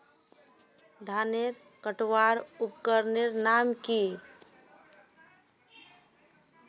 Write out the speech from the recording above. धानेर कटवार उपकरनेर नाम की?